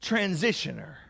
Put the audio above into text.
transitioner